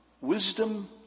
Wisdom